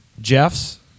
Jeff's